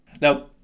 Now